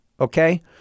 Okay